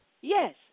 Yes